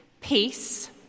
peace